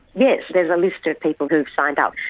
yes, there is a list of people who have signed up.